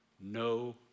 No